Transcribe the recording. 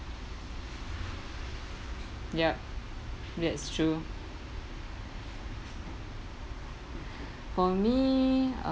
yup that's true for me